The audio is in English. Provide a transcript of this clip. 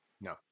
No